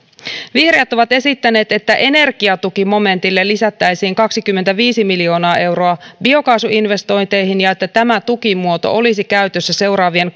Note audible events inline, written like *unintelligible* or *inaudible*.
vihreät ovat esittäneet että energiatukimomentille lisättäisiin kaksikymmentäviisi miljoonaa euroa biokaasuinvestointeihin ja että tämä tukimuoto olisi käytössä seuraavien *unintelligible*